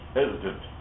hesitant